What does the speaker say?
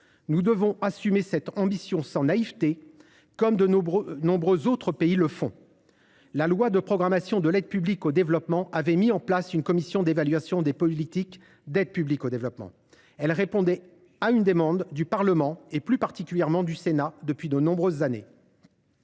Nous devons assumer cette ambition sans naïveté, comme de nombreux autres pays le font. La loi de programmation du 4 août 2021 avait mis en place une commission d’évaluation des politiques d’aide publique au développement, ce qui répondait à une demande que le Parlement, particulièrement le Sénat, formulait depuis de nombreuses années.